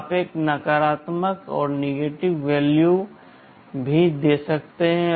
आप एक नकारात्मक मान भी दे सकते हैं